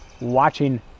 watching